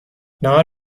نهار